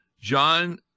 John